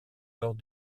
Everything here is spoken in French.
lors